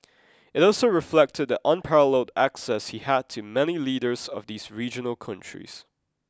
it also reflected the unparalleled access he had to many leaders of these regional countries